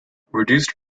reduced